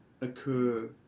occur